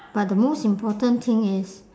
but the most important thing is